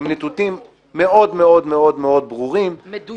הם נתונים מאוד מאוד מאוד ברורים -- מדויקים.